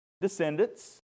Descendants